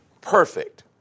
perfect